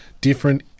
different